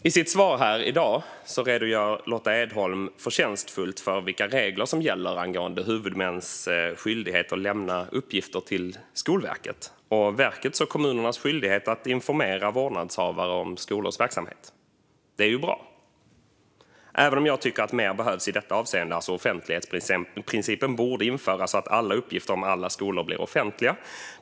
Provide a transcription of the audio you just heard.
I sitt svar här i dag redogör Lotta Edholm förtjänstfullt för vilka regler som gäller för huvudmäns skyldighet att lämna uppgifter till Skolverket och för verkets och kommunernas skyldighet att informera vårdnadshavare om skolors verksamhet. Det är ju bra, även om jag tycker att mer behövs i detta avseende. Offentlighetsprincipen borde införas så att alla uppgifter om alla skolor blir offentliga.